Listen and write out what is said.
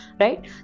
right